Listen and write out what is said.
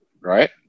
Right